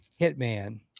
hitman